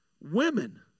women